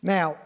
Now